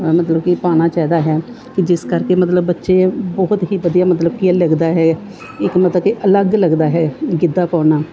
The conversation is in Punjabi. ਮਤਲਬ ਕਿ ਪਾਉਣਾ ਚਾਹੀਦਾ ਹੈ ਕਿ ਜਿਸ ਕਰਕੇ ਮਤਲਬ ਬੱਚੇ ਬਹੁਤ ਹੀ ਵਧੀਆ ਮਤਲਬ ਕਿ ਲੱਗਦਾ ਹੈ ਇੱਕ ਮਤਲਬ ਕਿ ਅਲੱਗ ਲੱਗਦਾ ਹੈ ਗਿੱਧਾ ਪਾਉਣਾ